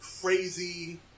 crazy